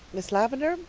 miss lavendar,